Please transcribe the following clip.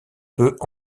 peut